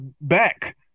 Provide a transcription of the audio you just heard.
back